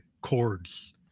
chords